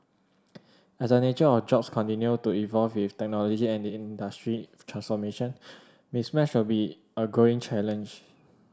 as the nature of jobs continue to evolve with technology and industry transformation mismatch will be a growing challenge